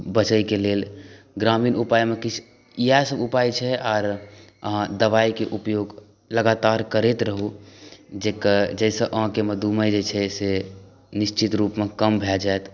बचयके लेल ग्रामीण उपायमे किछु इएह सभ उपाय छै आर अहाँ दवाइके उपयोग लगातार करैत रहूँ जाहिसँ अहाँके मधुमेह जे छै से निश्चित रूपमे कम भऽ जायत